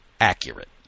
accurate